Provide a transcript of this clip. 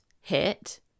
hit